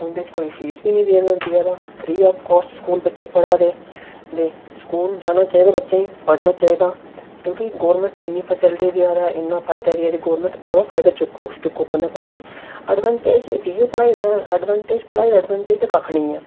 उंदे च कोई फीस बी नेईं देआ दा फ्री ऑफ कॉस्ट स्कूल बच्चे पढ़ै दे ते स्कूल जाना चाहिदा बच्चे गी पढ़ना चाहिदा क्योंकि गौरमेंट इन्नी फैसिलिटि देआ दी बच्चें गी इन्ना फायदा देआ दी गवर्नमेंट ओह्दा फायदा चुक्को चुक्को कन्नै कन्नै एडवेंटेज इयै पढ़ाई दा एडवेंटेज पढ़ाई दा एडवेंटेज ते कक्ख नेईं ऐ